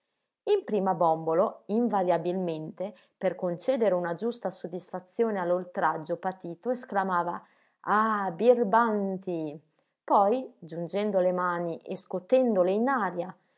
in prima bòmbolo invariabilmente per concedere una giusta soddisfazione all'oltraggio patito esclamava ah birbanti poi giungendo le mani e scotendole in aria